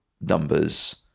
numbers